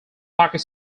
pocket